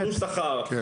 כן,